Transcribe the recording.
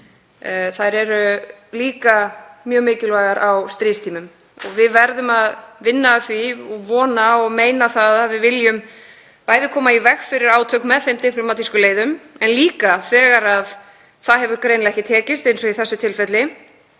þær eru líka mjög mikilvægar á stríðstímum. Við verðum að vinna að því og vona og meina það að við viljum bæði koma í veg fyrir átök með þeim diplómatískum leiðum, en þegar það hefur greinilega ekki tekist, eins og í þessu tilfelli